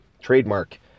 trademark